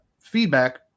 feedback